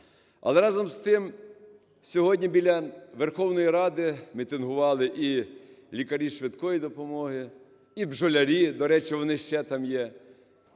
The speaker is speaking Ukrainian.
Але, разом з тим, сьогодні біля Верховної Ради мітингували і лікарі "швидкої допомоги", і бджолярі, до речі, вони ще там є.